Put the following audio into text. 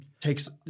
takes